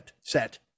set